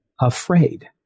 afraid